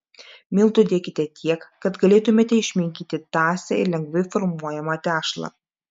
miltų dėkite tiek kad galėtumėte išminkyti tąsią ir lengvai formuojamą tešlą